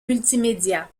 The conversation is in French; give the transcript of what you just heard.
multimédia